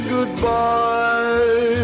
Goodbye